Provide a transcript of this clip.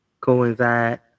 coincide